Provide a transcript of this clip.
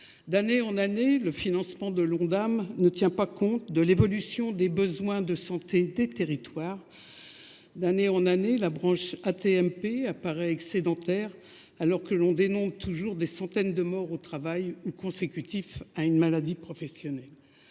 D’année en année, le financement de l’Ondam ne tient pas compte de l’évolution des besoins de santé des territoires, d’année en année la branche AT MP apparaît excédentaire alors que l’on dénombre toujours des centaines de morts au travail ou des suites d’une maladie professionnelle.